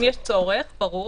אם יש צורך, ברור.